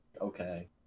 Okay